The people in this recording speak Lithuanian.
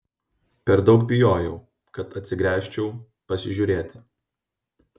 per daug bijojau kad atsigręžčiau pasižiūrėti